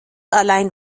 allein